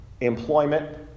employment